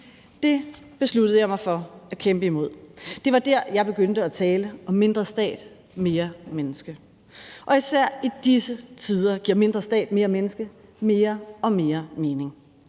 Det besluttede jeg mig for at kæmpe imod. Det var der, hvor jeg begyndte at tale om mindre stat og mere menneske, og især i disse tider giver mindre stat og mere menneske mere og mere mening.